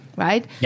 right